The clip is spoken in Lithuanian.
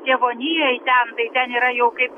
tėvonijoj ten tai ten yra jau kaip